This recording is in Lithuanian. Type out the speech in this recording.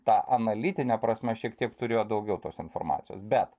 ta analitine prasme šiek tiek turėjo daugiau tos informacijos bet